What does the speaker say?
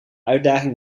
uitdaging